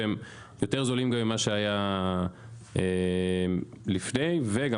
והם גם יותר זולים ממה שהיה לפני וגם